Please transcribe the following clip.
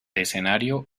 escenario